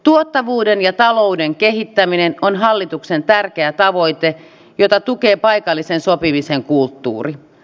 tuottavuuden ja talouden kehittäminen on hallituksen tärkeä tavoite jota tukee paikallisen sopimisen kulttuuri